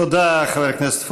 תודה, חבר הכנסת פורר.